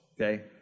Okay